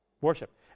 worship